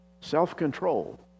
Self-control